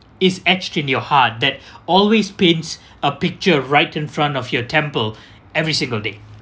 is etched in your heart that always paints a picture right in front of your temple every single day